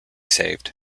saved